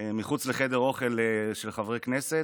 מחוץ לחדר האוכל של חברי הכנסת,